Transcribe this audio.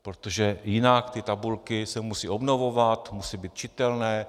Protože jinak ty tabulky se musí obnovovat, musí být čitelné.